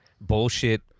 bullshit